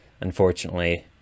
unfortunately